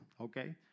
okay